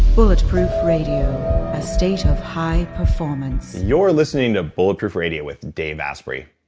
bulletproof radio. a state of high performance you're listening to bulletproof radio with dave asprey.